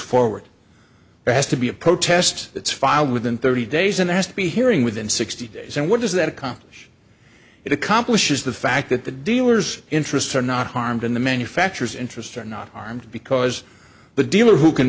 forward there has to be a protest that's filed within thirty days and has to be hearing within sixty days and what does that accomplish it accomplishes the fact that the dealers interests are not harmed in the manufactures interest are not harmed because the dealer who can